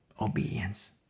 Obedience